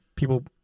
People